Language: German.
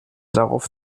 darauf